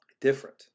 different